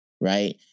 right